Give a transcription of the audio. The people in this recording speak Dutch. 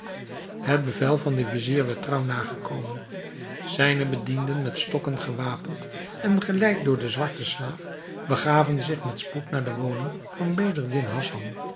het bevel van den vizier werd trouw nagekomen zijne bedienden met stokken gewapend en geleid door den zwarten slaaf begaven zich met spoed naar de woning van bedreddin hassan